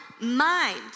mind